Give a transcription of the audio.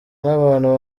n’abantu